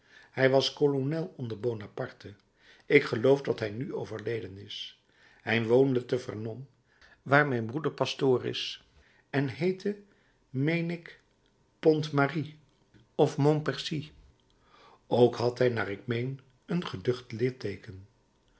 hij was kolonel onder bonaparte ik geloof dat hij nu overleden is hij woonde te vernon waar mijn broeder pastoor is en heette meen ik pontmarie of montpercy ook had hij naar ik meen een geducht litteeken